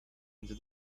into